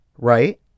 Right